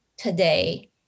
today